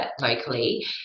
locally